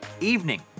evening